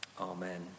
Amen